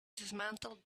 dismantled